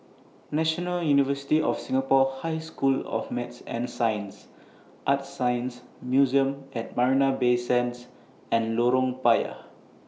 National University of Singapore High School of Math and Science ArtScience Museum At Marina Bay Sands and Lorong Payah